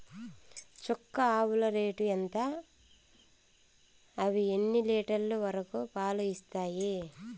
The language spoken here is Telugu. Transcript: చుక్క ఆవుల రేటు ఎంత? అవి ఎన్ని లీటర్లు వరకు పాలు ఇస్తాయి?